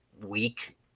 weak